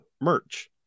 merch